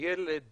ילד